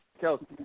Kelsey